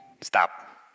Stop